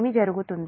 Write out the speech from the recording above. ఏమి జరుగుతుందో